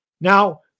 Now